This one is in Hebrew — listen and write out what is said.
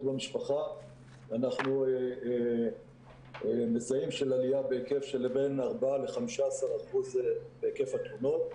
במשפחה אנחנו מזהים עלייה של בין 4% ל-15% בהיקף התלונות.